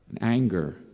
Anger